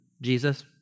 Jesus